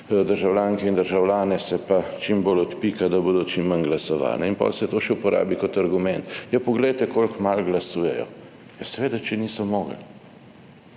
državljanke in državljane se pa čim bolj odpika, da bodo čim manj glasovali in pol se to še uporabi kot argument, ja, poglejte, koliko malo glasujejo. Ja, seveda, če niso mogli.